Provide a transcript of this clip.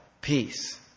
peace